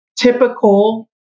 typical